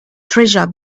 treasure